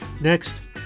next